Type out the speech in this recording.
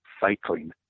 cycling